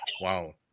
Wow